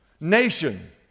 nation